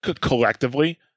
collectively